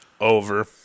Over